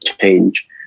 change